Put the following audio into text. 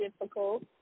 difficult